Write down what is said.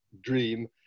dream